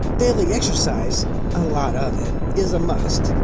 daily exercise a lot of it is a must.